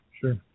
Sure